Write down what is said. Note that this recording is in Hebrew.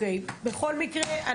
בכל מקרה,